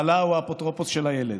בעלה הוא האפוטרופוס של הילד.